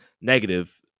negative